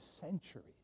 centuries